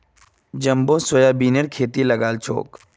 jumbo सोयाबीनेर खेती लगाल छोक